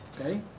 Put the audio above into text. Okay